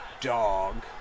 dog